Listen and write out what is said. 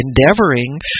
endeavoring